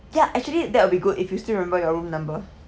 ya actually that will be good if you still remember your room number